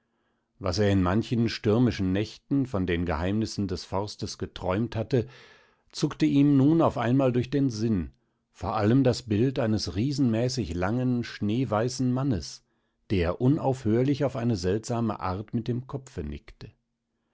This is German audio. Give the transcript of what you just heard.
was er in manchen stürmigen nächten von den geheimnissen des forstes geträumt hatte zuckte ihm nun auf einmal durch den sinn vor allem das bild eines riesenmäßig langen schneeweißen mannes der unaufhörlich auf eine seltsame art mit dem kopfe nickte